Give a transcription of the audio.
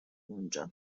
اونجا